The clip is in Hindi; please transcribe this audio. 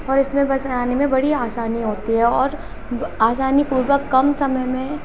और इसमें बनाने में बड़ी आसानी होती है और आसानी पूर्वक कम समय में